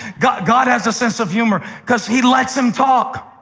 god god has a sense of humor, because he lets him talk.